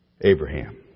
Abraham